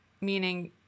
meaning